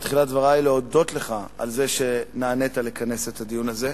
בתחילת דברי אני רוצה להודות לך על שנענית לבקשה לכנס את הדיון הזה,